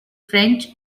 french